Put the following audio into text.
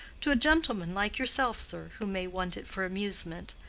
to a gentleman like yourself, sir, who may want it for amusement.